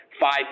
five